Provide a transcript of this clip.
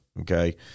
okay